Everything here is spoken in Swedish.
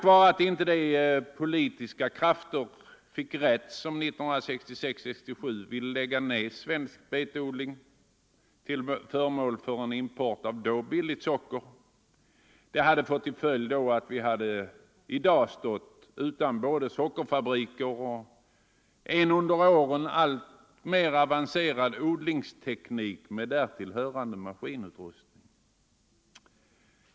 Det fanns politiska krafter som 1966-1967 ville lägga ned svensk betodling till förmån för import av då billigt socker. Det skulle ha fått till följd att vi i dag hade stått utan både sockerfabriker och en under åren alltmer avancerad odlingsteknik med därtill hörande maskinutrustning.